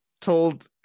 told